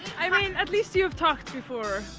i mean at least you've talked before!